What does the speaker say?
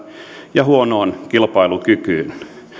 ja huonoon kilpailukykyyn